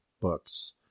books